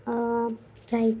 like